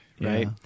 Right